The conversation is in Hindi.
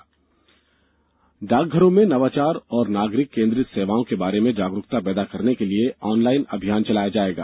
डाक अभियान डाकघरों में नवाचार और नागरिक केंद्रित सेवाओं के बारे में जागरूकता पैदा करने के लिए ऑनलाइन अभियान चलाया जाएगा